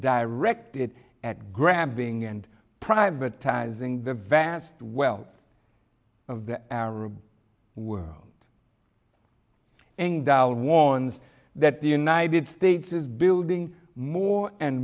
directed at grabbing and privatizing the vast wealth of the arab world angle warns that the united states is building more and